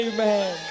Amen